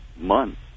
months